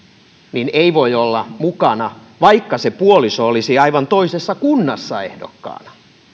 niin ei voi olla mukana vaikka se puoliso olisi aivan toisessa kunnassa ehdokkaana